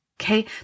Okay